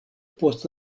post